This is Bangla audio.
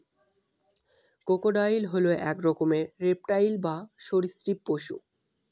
ক্রোকোডাইল হল এক রকমের রেপ্টাইল বা সরীসৃপ পশু